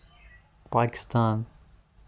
Pakistan